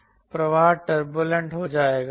प्रवाह टर्बूलेंट हो जाएगा